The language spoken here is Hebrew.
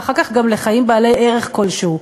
ואחר כך גם לחיים בעלי ערך כלשהו.